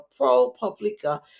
ProPublica